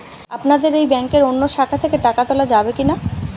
আপনাদের এই ব্যাংকের অন্য শাখা থেকে টাকা তোলা যাবে কি না?